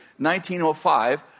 1905